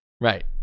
Right